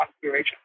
configuration